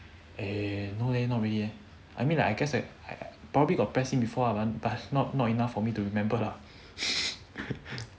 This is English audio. eh no leh not really eh I mean like I guess I probably got press him before beforehand but not not enough for me to remember lah